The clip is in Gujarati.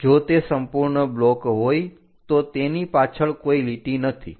જો તે સંપૂર્ણ બ્લોક હોય તો તેની પાછળ કોઈ લીટી નથી